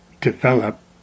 develop